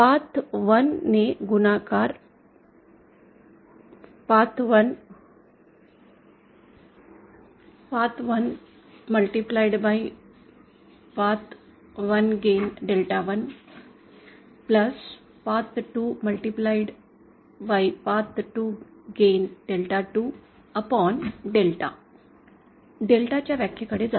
path 1 ने गुणाकार path 1 मधील गेन डेल्टा 1 पाथ 2 ने गुणाकार पाथ 2 मधील गेन डेल्टा 2 डेल्टा डेल्टा च्या व्याख्येकडे जाऊ